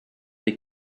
des